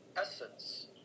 essence